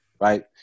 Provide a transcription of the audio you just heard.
right